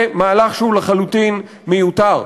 וזה מהלך שהוא לחלוטין מיותר.